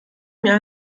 mir